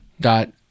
dot